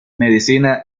medicina